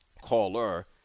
Caller